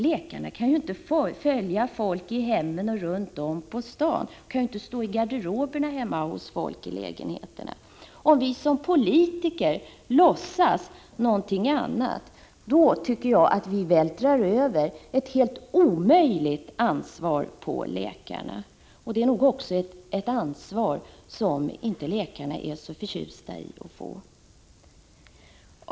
Läkarna kan inte följa folk i hemmen eller runt om på stan. Läkarna kan inte stå i garderoberna hemma hos folk. Om vi som politiker låtsas något annat, vältrar vi över ett helt omöjligt ansvar på läkarna. Det är nog ett ansvar som läkarna inte är så förtjusta i att få.